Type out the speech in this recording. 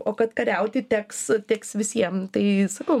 o kad kariauti teks teks visiem tai sakau